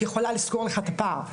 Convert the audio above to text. אני יכולה לסגור לך את הפער.